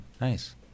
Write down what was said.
nice